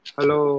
Hello